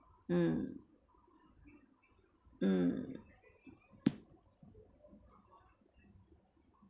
mm mm